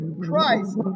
Christ